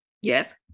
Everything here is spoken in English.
Yes